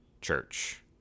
church